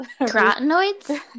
carotenoids